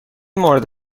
مورد